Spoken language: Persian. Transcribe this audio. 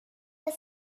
هنوز